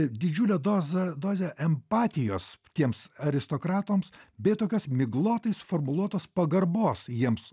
didžiulę dozą dozę empatijos tiems aristokratams bei tokios miglotai suformuluotos pagarbos jiems